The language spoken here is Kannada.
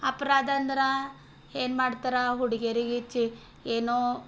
ಅಪ್ರಾಧ ಅಂದ್ರೆ ಏನು ಮಾಡ್ತಾರೆ ಹುಡುಗ್ಯಾರಿಗೆ ಇಚ್ಚಿ ಏನೋ